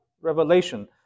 revelation